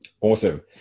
Awesome